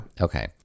Okay